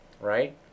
right